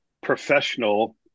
professional